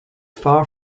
far